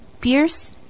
pierce